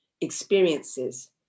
experiences